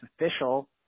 official